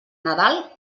nadal